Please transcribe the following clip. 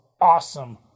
awesome